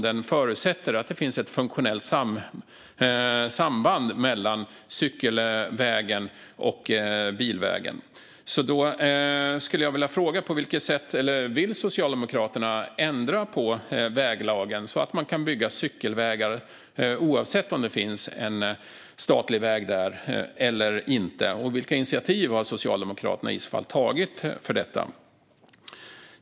Den förutsätter nämligen att det finns ett funktionellt samband mellan cykelvägen och bilvägen. Vill Socialdemokraterna ändra på väglagen så att man kan bygga cykelvägar oavsett om det finns en statlig väg på plats eller inte? Vilka initiativ har Socialdemokraterna i så fall tagit för detta?